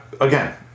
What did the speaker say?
again